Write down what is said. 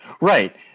Right